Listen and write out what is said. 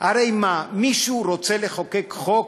הרי מה, מישהו רוצה לחוקק חוק